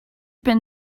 been